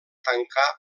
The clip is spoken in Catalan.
tancar